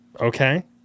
okay